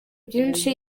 byinshi